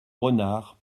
renard